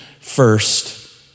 first